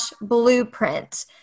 blueprint